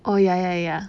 oh ya ya ya